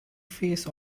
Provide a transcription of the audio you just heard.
phase